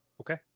Okay